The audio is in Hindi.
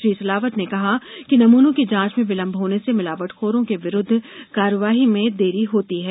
श्री सिलावट ने कहा कि नमूनों की जाँच में विलम्ब होने से मिलावटखोरों के विरुद्ध कार्यवाही में देरी होती है